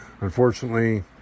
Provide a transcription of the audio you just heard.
Unfortunately